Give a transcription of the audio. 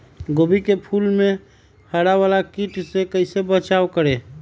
गोभी के फूल मे हरा वाला कीट से कैसे बचाब करें?